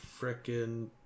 freaking